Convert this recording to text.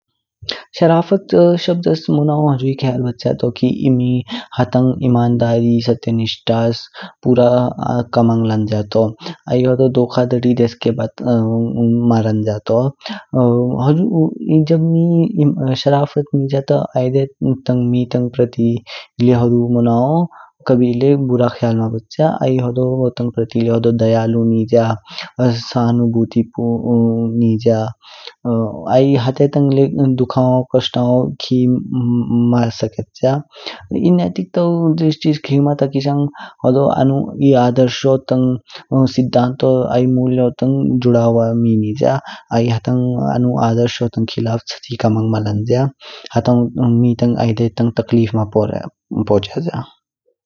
शराफ़त शब्दों मनानू हुजुई ख्याल बचाया तो कि ए मी हतांग ईमानदारी, सत्यनिष्ठा पूरा कमांग लांज्या तू। आई होदो दोखाधड़ी मलांज्या तू। जब मी शराफ़तास निज्या तो आइदाय मी तांग प्रति ले हुडू मुनोआ कबीले बुरा ख्याल मां बचया। आई होडोगाओ तांग प्रति ले होदो ध्यालू निज्या, शानुभूति ले निज्या। आई हाते तांग ले दुखानू, कोषणगो खीम मां सकेचया। ए नीतिक्तौ दृष्टि खीमा ता केशंग होदो आनू ए आदर्शो तांग सिद्धांतों आई मुल्यों जुड़ा हुआ मी निज्या। आई हतांग आनू आदर्शो तांग खिलाफ चाची कमांग मां लांज्या, हतांग आइदे मी तांग तकलीफ मां पहुँच्याज्या।